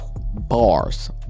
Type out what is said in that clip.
bars